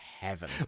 heaven